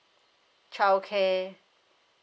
childcare